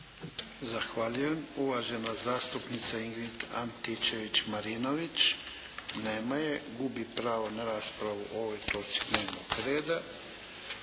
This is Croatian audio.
Zahvaljujem. Uvažena zastupnica Ingrid Antičević Marinović. Nema je, gubi pravo na raspravu u ovoj točki dnevnog reda.